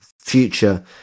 future